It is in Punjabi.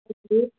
ਹਾਂਜੀ